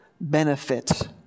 benefit